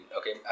Okay